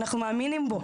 אנחנו מאמינים בו